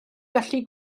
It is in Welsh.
gallu